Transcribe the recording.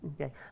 Okay